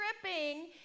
dripping